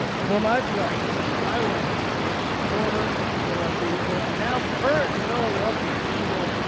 for my flex i went to former philadelphia eagle and now current philadelphia eagle.